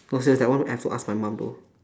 no serious that one I have to ask my mum though